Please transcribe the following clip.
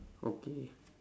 okay